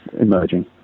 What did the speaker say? emerging